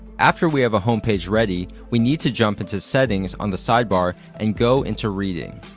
after we have a home page ready, we need to jump into settings on the sidebar and go into reading.